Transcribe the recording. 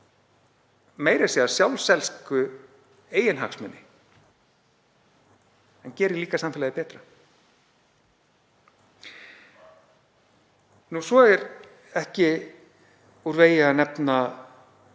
meira að segja sjálfselskir eiginhagsmunir, en gerir líka samfélagið betra. Svo er ekki úr vegi að nefna